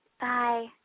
Bye